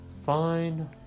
fine